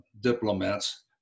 diplomats